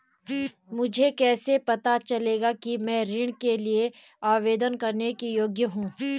मुझे कैसे पता चलेगा कि मैं ऋण के लिए आवेदन करने के योग्य हूँ?